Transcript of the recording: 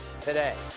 today